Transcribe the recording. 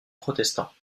protestants